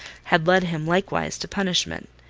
had led him likewise to punishment.